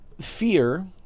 Fear